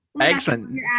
excellent